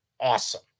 Awesome